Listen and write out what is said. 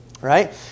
Right